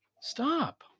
Stop